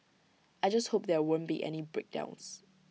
I just hope there won't be any breakdowns